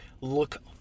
look